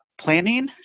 planning